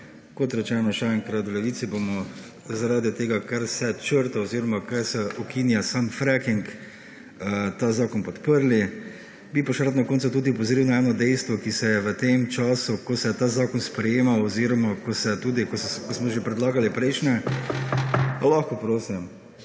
Kot rečeno, še enkrat, v Levici bomo zaradi tega, ker se črta oziroma ker se ukinja sam fracking, ta zakon podprli, bi pa še rad na koncu tudi opozoril na eno dejstvo, ki se je v tem času, ko se je ta zakon sprejemal oziroma, ko se je tudi, kot smo že predlagali prejšnje… / nemir